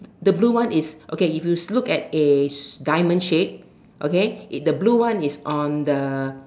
the blue one is okay if you look at a diamond shape okay it the blue one is on the